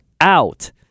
out